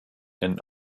and